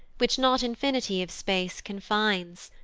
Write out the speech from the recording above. which not infinity of space confines.